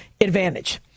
Advantage